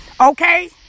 okay